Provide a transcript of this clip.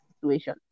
situation